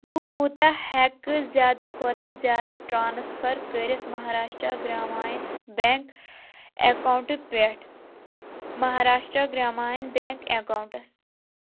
بہٕ کوٗتاہ ہٮ۪کہٕ زِیادٕ کھۅتہٕ زِیٛادٕ ٹرٛانٕسفر کٔرِتھ مہاراشٹرا گرٛامین بیٚنٛک اَکاونٹہٕ پٮ۪ٹھ مہاراشٹرٛا گرٛامیٖن بیٚنٛک اَکاونٹَس